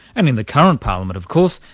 and in the current parliament of course,